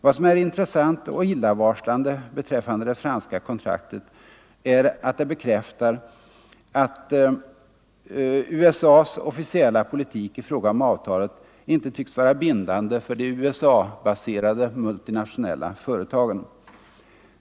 Vad som är intressant och illavarslande beträffande det franska kontraktet är att det bekräftar att USA:s officiella politik i fråga om avtalet inte tycks vara bindande för de USA-baserade multinationella företagen.